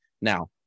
Now